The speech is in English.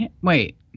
wait